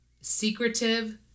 secretive